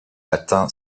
atteint